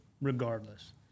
regardless